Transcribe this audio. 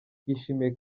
twishimiye